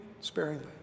sparingly